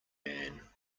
man